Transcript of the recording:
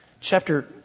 chapter